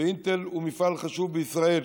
ואינטל הוא מפעל חשוב בישראל.